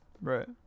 Right